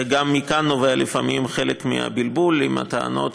מכאן גם נובע לפעמים חלק מהבלבול בטענות